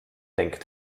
denkt